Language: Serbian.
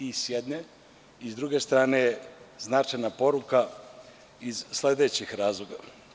I sa jedne i sa druge strane je značajna poruka iz sledećih razloga.